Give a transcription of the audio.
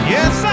Yes